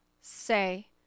say